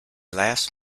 last